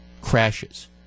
crashes